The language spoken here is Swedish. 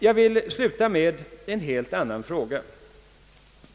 Jag vill sluta med en helt annan fråga.